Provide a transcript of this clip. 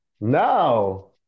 No